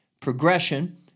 progression